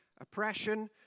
oppression